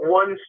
one